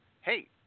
hey